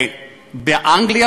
באנגליה,